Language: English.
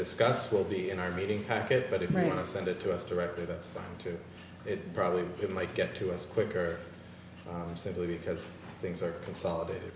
discuss will be in our meeting packet but it made us send it to us directed us to it probably it might get to us quicker simply because things are consolidated